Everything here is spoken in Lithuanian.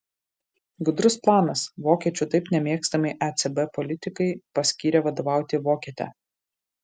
gudrus planas vokiečių taip nemėgstamai ecb politikai paskyrė vadovauti vokietę